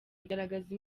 igaragaza